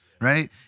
Right